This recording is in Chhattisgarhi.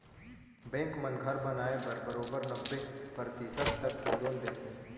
बेंक मन घर बनाए बर बरोबर नब्बे परतिसत तक के लोन देथे